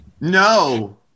No